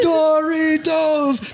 Doritos